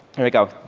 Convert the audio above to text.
here we go.